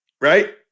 right